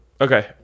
Okay